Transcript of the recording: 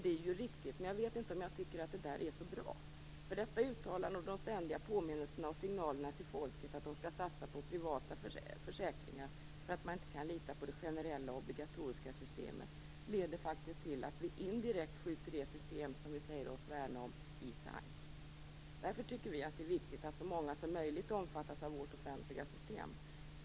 Det är ju riktigt, men jag vet inte om jag tycker att det är så bra. Detta uttalande och de ständiga påminnelserna och signalerna till folket att de skall satsa på privata försäkringar för att man inte kan lita på de generella obligatoriska systemet, leder faktiskt till att vi indirekt skjuter det system som vi säger oss värna i sank. Därför tycker vi att det är viktigt att så många som möjligt omfattas av vårt offentliga system.